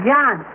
John